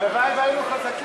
להצבעה אלקטרונית.